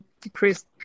decrease